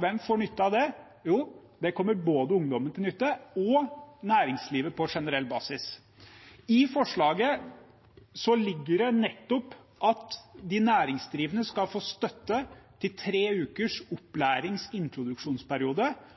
Hvem får nytte av det? Jo, det kommer både ungdommen og næringslivet på generell basis til nytte. I forslaget ligger det nettopp at de næringsdrivende skal få støtte til en tre ukers